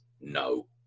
no